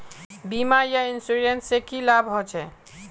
बीमा या इंश्योरेंस से की लाभ होचे?